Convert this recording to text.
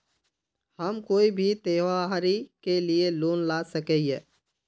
हम कोई भी त्योहारी के लिए लोन ला सके हिये?